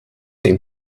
dem